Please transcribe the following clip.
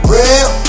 Real